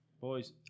boys